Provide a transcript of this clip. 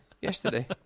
yesterday